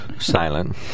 silent